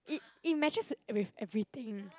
it it matches with with everything